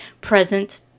present